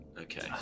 Okay